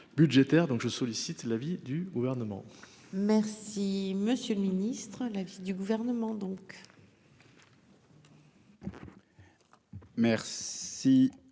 donc je sollicite l'avis du gouvernement. Merci le Ministre l'avis du gouvernement, donc. Merci